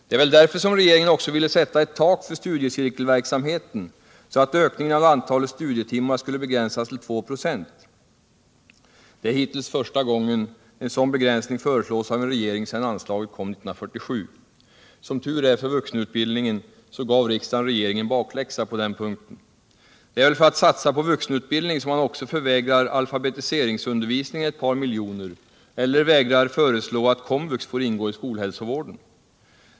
Det är väl också därför som regeringen ville sätta ett tak för studiecirkelverksamheten, så att ökningen av antalet studietimmar skulle begränsas till 2 96. Det är hittills första gången en sådan begränsning föreslås av en regering sedan anslaget kom 1947. Som tur är för vuxenutbildningen, gav riksdagen regeringen bakläxa på den punkten. Det är väl för att satsa på vuxenutbildningen som man också förvägrar alfabetiseringsundervisningen ett par miljoner eller vägrar föreslå att KOMVUX får ingå i skolhälsovården.